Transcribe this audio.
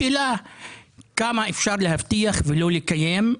כמה אפשר להבטיח ולא לקיים?